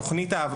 תוכנית האב,